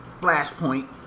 Flashpoint